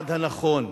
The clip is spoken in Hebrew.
ליעד הנכון.